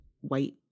white